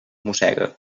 mossega